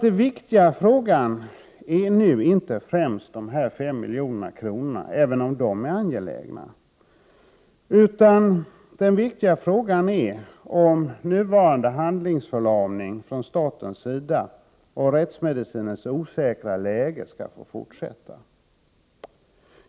Den viktiga frågan är nu inte främst de 5 miljonerna, utan den viktiga frågan är om nuvarande handlingsförlamning från statens sida och rättsmedicinens osäkra läge skall bli bestående.